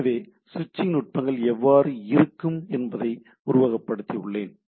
எனவே ஸ்விச்சிங் நுட்பங்கள் எவ்வாறு இருக்கும் என்பதை உருவகப்படுத்தியுள்ளேன்